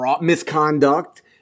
misconduct